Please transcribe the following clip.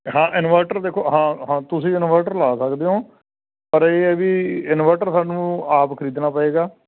ਹਾਂ ਇਨਵਰਟਰ ਦੇਖੋ ਹਾਂ ਹਾਂ ਤੁਸੀਂ ਇਨਵੈਟਰ ਲਾ ਸਕਦੇ ਹੋ ਪਰ ਇਹ ਆ ਵੀ ਇਨਵੈਟਰ ਸਾਨੂੰ ਆਪ ਖ੍ਰੀਦਣਾ ਪਏਗਾ